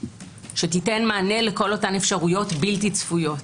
שתיתן מענה לכל אותן אפשרויות בלתי צפויות.